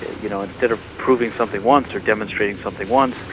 you know, instead of proving something once, or demonstrating something once,